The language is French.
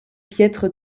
piètre